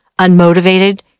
unmotivated